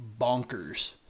bonkers